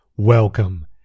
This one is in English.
Welcome